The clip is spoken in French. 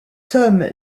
tom